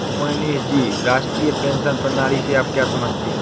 मोहनीश जी, राष्ट्रीय पेंशन प्रणाली से आप क्या समझते है?